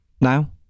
now